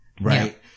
Right